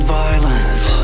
violence